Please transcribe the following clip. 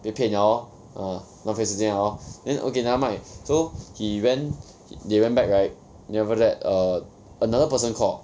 被骗 liao lor ah 浪费时间 liao lor then okay nevermind so he went they went back right then after err another person called